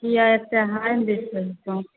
किएक एतेक हाइ बेचै छहो